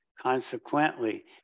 Consequently